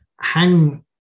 hang